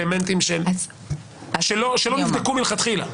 אלמטים שלא נבדקו מלכתחילה.